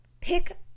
pick